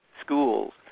schools